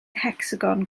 hecsagon